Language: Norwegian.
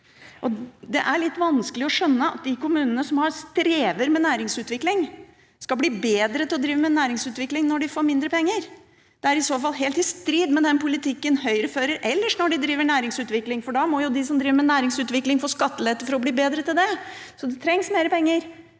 Det er litt vanskelig å skjønne at de kommunene som strever med næringsutvikling, skal bli bedre til å drive med næringsutvikling når de får mindre penger. Det er i så fall helt i strid med den politikken Høyre fører ellers når de driver næringsutvikling, for da må jo de som driver med næringsutvikling, få skattelette for å bli bedre til det. Så det trengs mer penger